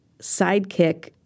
sidekick